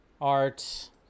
art